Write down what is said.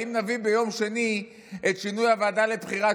האם נביא ביום שני את שינוי הוועדה לבחירת